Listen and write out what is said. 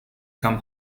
come